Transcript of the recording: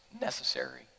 necessary